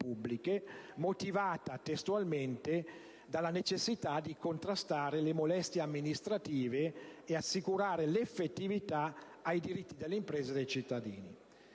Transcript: motivata, testualmente, dalla necessità di contrastare le molestie amministrative e assicurare l'effettività ai diritti delle imprese e dei cittadini.